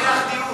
לא יהיה לך דיון.